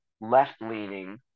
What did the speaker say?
left-leaning